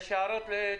מנוף